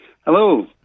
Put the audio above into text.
Hello